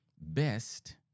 best